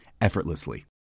effortlessly